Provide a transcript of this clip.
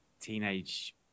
Teenage